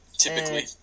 Typically